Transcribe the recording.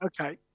Okay